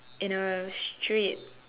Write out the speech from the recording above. in a straight